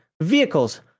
vehicles